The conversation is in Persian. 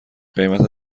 قیمت